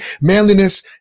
manliness